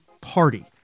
party